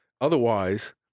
Otherwise